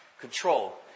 control